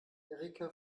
erika